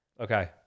Okay